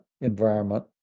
environment